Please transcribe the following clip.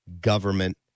government